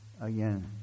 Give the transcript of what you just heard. again